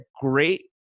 great